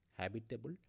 habitable